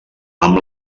amb